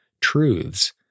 Truths